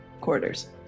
quarters